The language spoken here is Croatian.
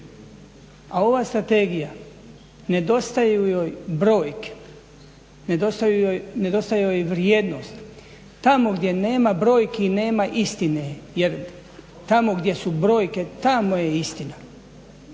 A ova strategija nedostaju joj brojke, nedostaju joj vrijednost. Tamo gdje nema brojki nema istine. Jer tamo gdje su brojke tamo je istina.